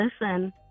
listen